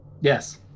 Yes